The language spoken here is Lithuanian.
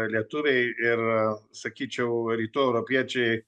lietuviai ir sakyčiau rytų europiečiai